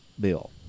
bill